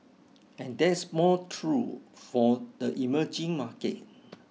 and that's more true for the emerging markets